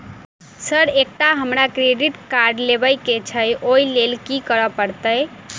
Sir एकटा हमरा credit card लेबकै छैय ओई लैल की करऽ परतै?